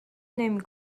نمی